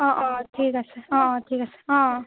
অঁ অঁ ঠিক আছে অঁ অঁ ঠিক আছে অঁ অঁ